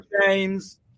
James